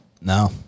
No